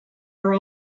are